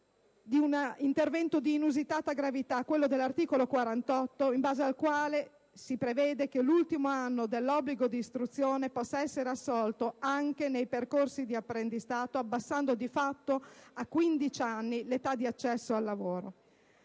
di un intervento di inusitata gravità, quello dell'articolo 48, comma 8, in base al quale si prevede che l'ultimo anno dell'obbligo di istruzione possa essere assolto «anche nei percorsi di apprendistato», abbassando di fatto a quindici anni l'età di accesso al lavoro.